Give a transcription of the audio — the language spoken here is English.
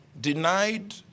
denied